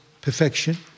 Perfection